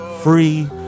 free